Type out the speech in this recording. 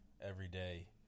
everyday